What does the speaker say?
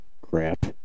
crap